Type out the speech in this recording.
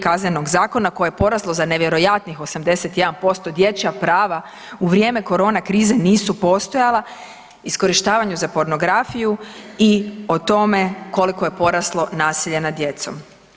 Kaznenog zakona koje je poraslo za nevjerojatnih 81%, dječja prava u vrijeme corona krize nisu postojala, iskorištavana za pornografiju i o tome koliko je poraslo nasilje nad djecom.